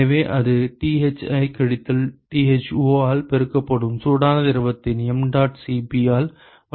எனவே அது Thi கழித்தல் Tho ஆல் பெருக்கப்படும் சூடான திரவத்தின் mdot Cp ஆல் வழங்கப்படுகிறது